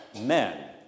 men